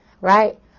Right